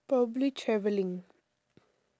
probably traveling